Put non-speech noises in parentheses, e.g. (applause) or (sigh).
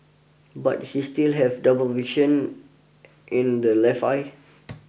but he still have double vision in the left eye (noise)